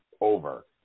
over